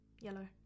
yellow